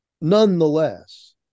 nonetheless